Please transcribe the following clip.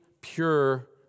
pure